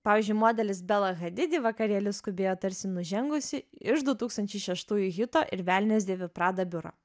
pavyzdžiui modelis bela hadidi į vakarėlį skubėjo tarsi nužengusi iš du tūkstančiai šeštųjų hito ir velnias dėvi prada biuro